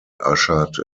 ushered